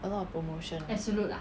a lot of promotion